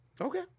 okay